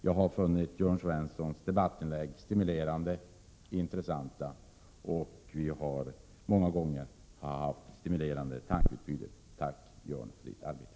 Jag har funnit Jörn Svenssons debattinlägg inspirerande och intressanta, och vi har många gånger haft stimulerande tankeutbyten. Tack, Jörn Svensson, för ett fint arbete!